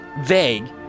vague